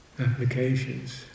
Applications